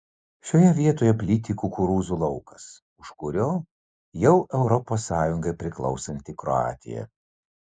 šioje vietoje plyti kukurūzų laukas už kurio jau europos sąjungai priklausanti kroatija